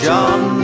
John